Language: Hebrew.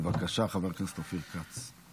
בבקשה, חבר הכנסת אופיר כץ.